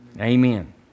Amen